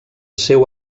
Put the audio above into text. seu